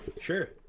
sure